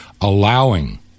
allowing